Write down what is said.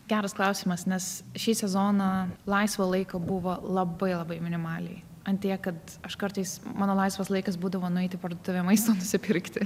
geras klausimas nes šį sezoną laisvo laiko buvo labai labai minimaliai ant tiek kad aš kartais mano laisvas laikas būdavo nueiti į parduotuvę maisto nusipirkti